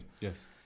yes